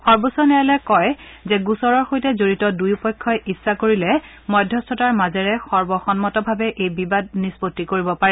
সৰ্বোচ্চ ন্যায়ালয়ে কয় যে গোচৰৰ সৈতে জড়িত দুয়ো পক্ষই ইচ্ছা কৰিলে মধ্যস্থতাৰ মাজেৰে সৰ্বসন্মতভাৱে এই বিবাদ নিস্পত্তি কৰিব পাৰে